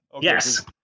Yes